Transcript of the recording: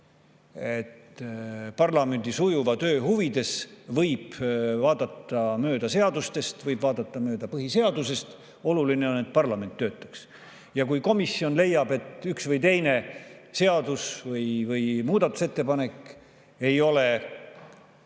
et parlamendi sujuva töö huvides võib vaadata mööda seadustest, võib vaadata mööda põhiseadusest – oluline on, et parlament töötaks. Kui komisjon leiab, et üks või teine seadus või muudatusettepanek ei ole